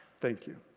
thank you.